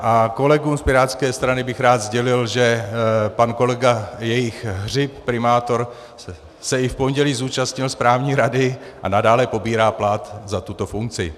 A kolegům z pirátské strany bych rád sdělil, že pan kolega jejich Hřib, primátor, se i v pondělí zúčastnil správní rady a nadále pobírá plat za tuto funkci.